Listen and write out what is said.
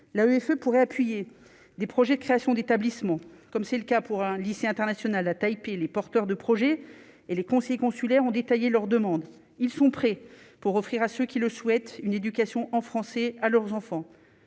l'AFE pourrait appuyer des projets de création d'établissements comme c'est le cas pour un lycée international à Taipeh, les porteurs de projets et les conseillers consulaires ont détaillé leur demande, ils sont prêts pour offrir à ceux qui le souhaitent une éducation en français à leurs enfants,